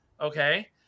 okay